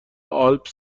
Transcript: آلپ